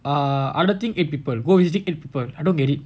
err other thing eight people go visiting eight people I don't get it